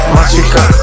Magica